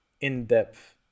in-depth